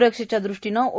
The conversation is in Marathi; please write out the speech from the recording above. स्रक्षेच्यादृष्टीने ओ